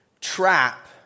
trap